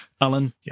Alan